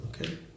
Okay